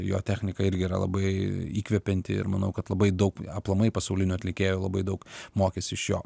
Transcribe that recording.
jo technika irgi yra labai įkvepianti ir manau kad labai daug aplamai pasaulinių atlikėjų labai daug mokėsi iš jo